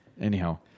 Anyhow